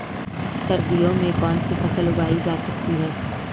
सर्दियों में कौनसी फसलें उगाई जा सकती हैं?